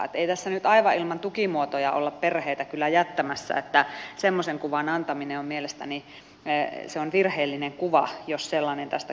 että ei tässä nyt aivan ilman tukimuotoja olla perheitä kyllä jättämässä ja mielestäni se on virheellinen kuva jos sellainen tästä keskustelusta syntyy